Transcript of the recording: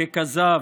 ככזב.